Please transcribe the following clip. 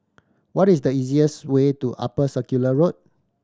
what is the easiest way to Upper Circular Road